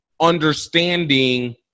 understanding